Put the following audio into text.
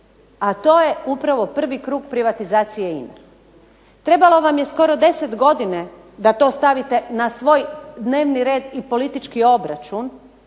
a to je upravo prvi krug privatizacije INA-e. Trebalo vam je skoro 10 godina da to stavite na svoj dnevni red i politički obračun,